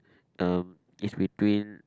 um is between